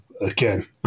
again